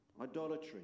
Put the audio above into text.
idolatry